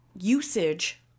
usage